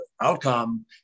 outcome